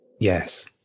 Yes